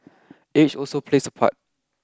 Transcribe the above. age also plays a part